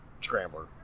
scrambler